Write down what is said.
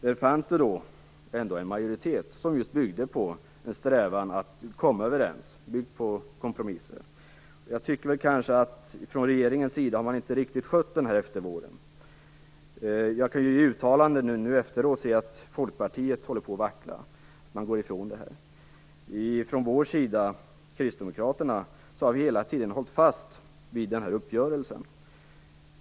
Det fanns ändå en majoritet som byggde på en strävan att komma överens och att kompromissa. Jag tycker inte att regeringen riktigt har skött denna eftervård. I uttalanden efteråt kan jag höra att Folkpartiet håller på att vackla, och gå ifrån detta. Vi kristdemokrater har hela tiden hållit fast vid uppgörelsen.